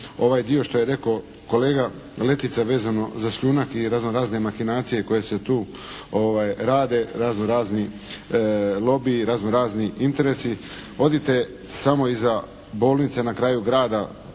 ovaj dio što je rekao kolega Letica vezano za šljunak i razno-razne makinacije koje se tu rade, razno-razni lobiji, razno-razni interesi. Odite samo iza bolnice na kraju grada